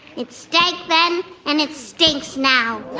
it stopped them and it stinks now